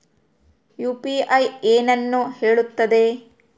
UPI ಏನನ್ನು ಹೇಳುತ್ತದೆ?